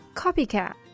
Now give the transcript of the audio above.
copycat